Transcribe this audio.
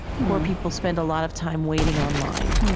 poor people spend a lot of time waiting on line.